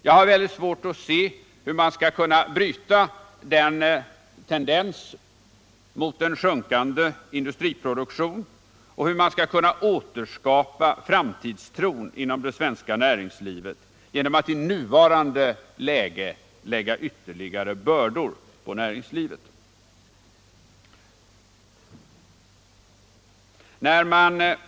Jag har svårt att se hur man skall kunna bryta tendensen mot en sjunkande industriproduktion och återskapa framtidstron inom det svenska näringslivet genom att i nuvarande situation lägga ytterligare bördor på näringslivet.